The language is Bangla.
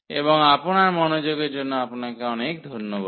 এবং আপনার মনোযোগের জন্য আপনাকে অনেক ধন্যবাদ